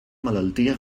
malaltia